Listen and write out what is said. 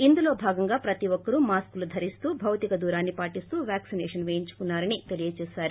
ఇందులో భాగంగా ప్రతి ఒక్కరు మాస్కులు ధరిస్తు భౌతిక దూరాన్ని పాతిస్తూ వ్యాక్పినేషన్ పేయించుకున్నారని చెప్పారు